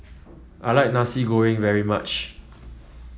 I like Nasi Goreng very much